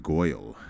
Goyle